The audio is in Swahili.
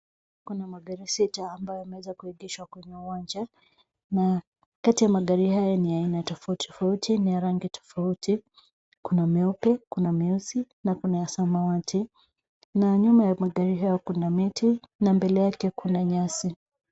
Kuna magari sita ambayo yameweza kuegeshwa kwenye uwanja na kati ya magari haya ni ya aina tofauti tofauti na ya rangi tofauti, kuna meupe, kuna meusi na kuna ya samawati na nyuma ya magari hayo kuna miti na mbele yake kuna nyasi.